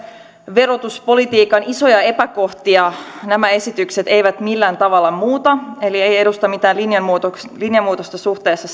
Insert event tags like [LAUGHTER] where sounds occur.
verotuspolitiikan isoja epäkohtia nämä esitykset eivät millään tavalla muuta eli eivät edusta mitään linjanmuutosta suhteessa [UNINTELLIGIBLE]